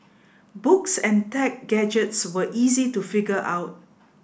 books and tech gadgets were easy to figure out